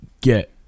get